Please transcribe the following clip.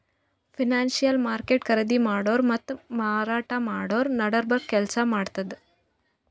financial market ಖರೀದಿ ಮಾಡೋರ್ ಮತ್ತ್ ಮಾರಾಟ್ ಮಾಡೋರ್ ನಡಬರ್ಕ್ ಕೆಲ್ಸ್ ಮಾಡ್ತದ್